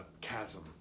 chasm